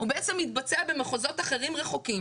הוא בעצם מתבצע במחוזות אחרים רחוקים